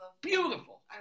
beautiful